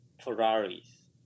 Ferraris